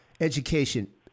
education